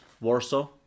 Warsaw